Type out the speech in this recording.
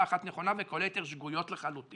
אחת נכונה וכל היתר שגויות לחלוטין,